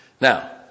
Now